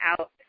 out